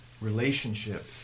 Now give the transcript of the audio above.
relationship